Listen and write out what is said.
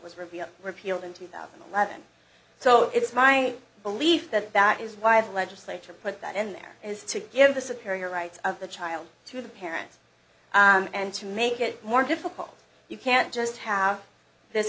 was revealed repealed in two thousand and eleven so it's my belief that that is why the legislature put that in there is to give the secure rights of the child to the parents and to make it more difficult you can't just have this